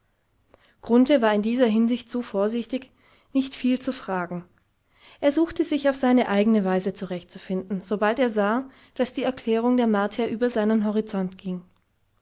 war in dieser hinsicht so vorsichtig nicht viel zu fragen er suchte sich auf seine eigne weise zurechtzufinden sobald er sah daß die erklärung der martier über seinen horizont ging